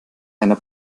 einer